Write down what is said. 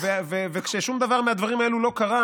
וכששום דבר מהדברים האלה לא קרה,